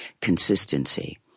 consistency